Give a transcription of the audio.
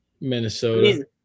Minnesota